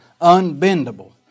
unbendable